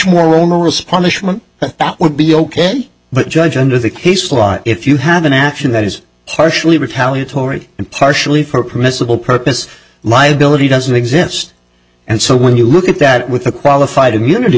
more onerous punishment that would be ok but judge under the case law if you have an action that is partially retaliatory and partially for permissible purpose liability doesn't exist and so when you look at that with a qualified immunity